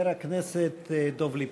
חבר הכנסת דב ליפמן.